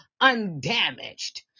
undamaged